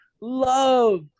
love